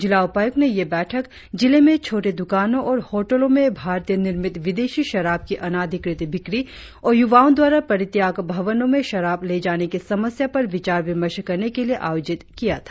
जिला उपायुक्त ने यह बैठक जिले में छोटे दुकानों और होटलों में भारतीय निर्मित विदेशी शराब की अनाधिकृत बिक्री और युवाओं द्वारा परित्याग भवनों में शराब ले जाने की समस्या पर विचार विमर्श करने के लिए आयोजित किया था